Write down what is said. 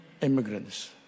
immigrants